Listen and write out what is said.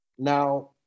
Now